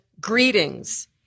Greetings